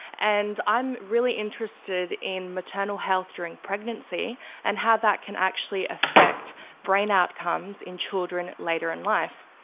and i'm really interested in maternal health during pregnancy and how that can actually affect brain outcomes in children later in life.